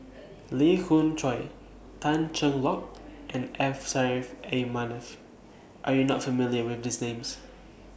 Lee Khoon Choy Tan Cheng Lock and M Saffri A Manaf Are YOU not familiar with These Names